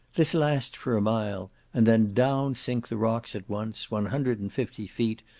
this lasts for a mile, and then down sink the rocks at once, one hundred and fifty feet,